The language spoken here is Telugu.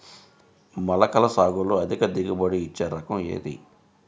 మొలకల సాగులో అధిక దిగుబడి ఇచ్చే రకం ఏది?